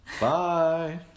Bye